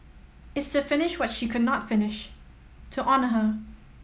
it's to finish what she could not finish to honour her